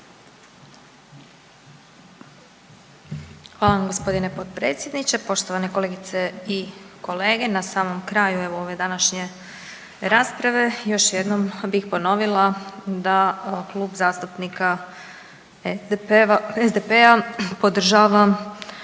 Hvala vam g. potpredsjedniče. Poštovane kolegice i kolege, na samom kraju evo ove današnje rasprave još jednom bih ponovila da Klub zastupnika SDP-a podržava